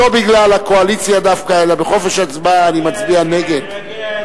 לא בגלל הקואליציה דווקא אלא בחופש הצבעה אני מצביע נגד.